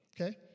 okay